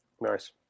nice